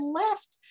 left